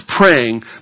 praying